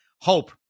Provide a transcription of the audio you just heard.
hope